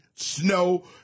snow